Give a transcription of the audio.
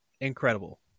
incredible